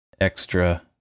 extra